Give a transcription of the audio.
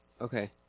Okay